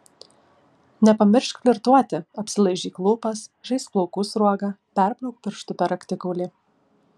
nepamiršk flirtuoti apsilaižyk lūpas žaisk plaukų sruoga perbrauk pirštu per raktikaulį